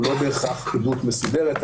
הוא לא בהכרח בצורה מסודרת,